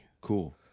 Cool